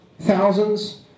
thousands